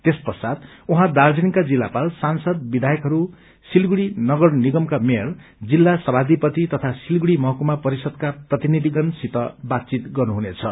त्यस ष्रचात उहाँ दार्जीलिङका जिल्लापाल सांसद विधयकहरू सिलीगुड़ी नगर निगमका मेयर जिल्ल सभाधिपति तथा सिलीगुड़ी महकुमा परिषदका प्रतिनिधगणसित बातचितगर्नुहुनेछ